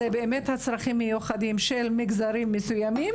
אלה הצרכים המיוחדים של מגזרים מסוימים